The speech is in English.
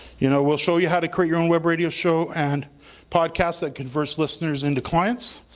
you know we'll show you how to create your own web radio show and podcast that converts listeners into clients.